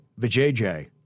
VJJ